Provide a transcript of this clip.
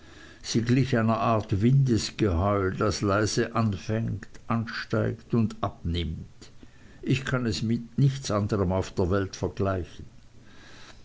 glich einer art windesgeheul das leise anfängt ansteigt und abnimmt ich kann es mit nichts anderem auf der welt vergleichen